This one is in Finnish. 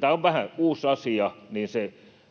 tämä on vähän uusi asia, olisi